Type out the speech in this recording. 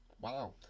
Wow